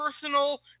personal